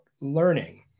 learning